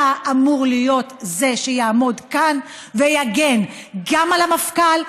אתה אמור להיות זה שיעמוד כאן ויגן גם על המפכ"ל,